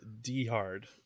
D-Hard